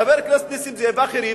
חבר הכנסת נסים זאב ואחרים,